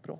där.